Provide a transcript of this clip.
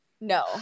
No